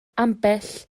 ambell